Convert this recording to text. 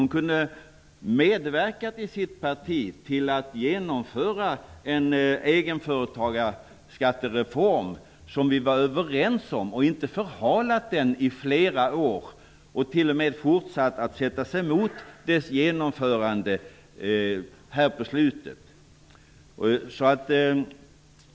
Hon kunde i sitt parti ha medverkat till att genomföra en egenföretagarskattereform, som vi var överens om, i stället för att i flera år förhala den och t.o.m. fortsätta att sätta sig emot dess genomförande här på slutet.